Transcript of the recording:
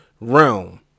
realm